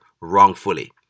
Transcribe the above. wrongfully